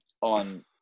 on